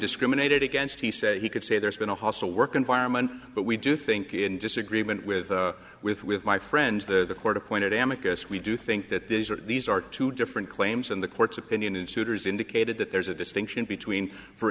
discriminated against he said he could say there's been a hostile work environment but we do think in disagreement with with with my friends the court appointed amica us we do think that these are these are two different claims in the court's opinion and suitors indicated that there's a distinction between for